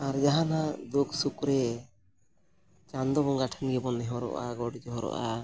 ᱟᱨ ᱡᱟᱦᱟᱱᱟᱜ ᱫᱩᱠ ᱥᱩᱠ ᱨᱮ ᱪᱟᱸᱫᱚ ᱵᱚᱸᱜᱟ ᱴᱷᱮᱱ ᱜᱮᱵᱚᱱ ᱱᱮᱦᱚᱨᱚᱜᱼᱟ ᱜᱚᱸᱰ ᱡᱚᱦᱟᱨᱚᱜᱼᱟ